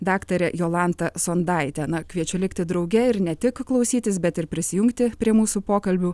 daktare jolanta sondaite na kviečia likti drauge ir ne tik klausytis bet ir prisijungti prie mūsų pokalbių